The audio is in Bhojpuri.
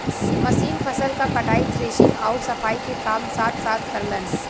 मशीन फसल क कटाई, थ्रेशिंग आउर सफाई के काम साथ साथ करलन